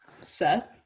seth